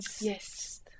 Yes